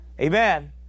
Amen